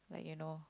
like you know